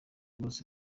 bose